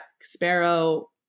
sparrow